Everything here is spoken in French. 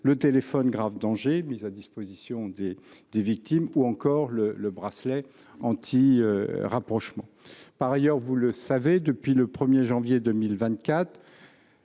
le téléphone grave danger mis à disposition des victimes, ou encore le bracelet antirapprochement. Par ailleurs, comme vous le savez,